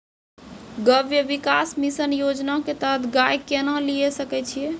गव्य विकास मिसन योजना के तहत गाय केना लिये सकय छियै?